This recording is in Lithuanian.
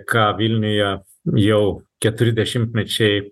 ką vilniuje jau keturi dešimtmečiai